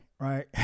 Right